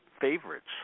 favorites